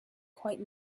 quite